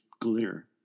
glitter